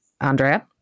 Andrea